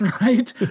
right